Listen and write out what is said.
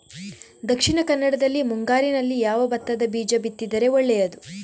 ದಕ್ಷಿಣ ಕನ್ನಡದಲ್ಲಿ ಮುಂಗಾರಿನಲ್ಲಿ ಯಾವ ಭತ್ತದ ಬೀಜ ಬಿತ್ತಿದರೆ ಒಳ್ಳೆಯದು?